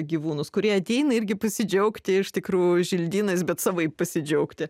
gyvūnus kurie ateina irgi pasidžiaugti iš tikrųjų želdynais bet savaip pasidžiaugti